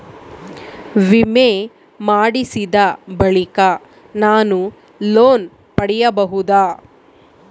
ವಿಮೆ ಮಾಡಿಸಿದ ಬಳಿಕ ನಾನು ಲೋನ್ ಪಡೆಯಬಹುದಾ?